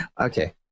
Okay